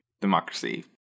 democracy